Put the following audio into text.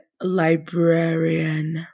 librarian